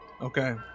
Okay